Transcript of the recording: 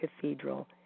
Cathedral